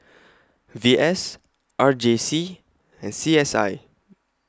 V S R J C and C S I